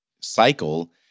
cycle